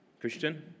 Christian